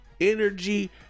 energy